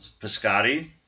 Piscotti